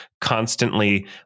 constantly